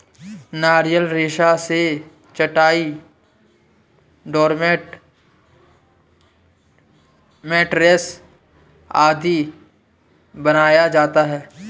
नारियल रेशा से चटाई, डोरमेट, मैटरेस आदि बनाया जाता है